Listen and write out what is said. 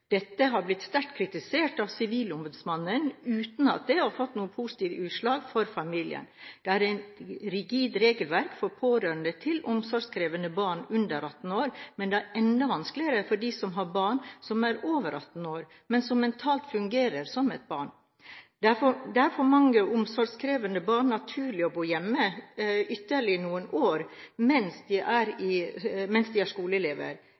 Dette har blitt sterkt kritisert av Sivilombudsmannen, uten at det har fått noen positive utslag for familien. Det er et rigid regelverk for pårørende til omsorgskrevende barn under 18 år, men det er enda vanskeligere for dem som har barn som er over 18 år, men som mentalt fungerer som et barn. Det er for mange omsorgskrevende barn naturlig å bo hjemme ytterligere noen år mens de er